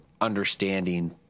understanding